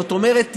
זאת אומרת,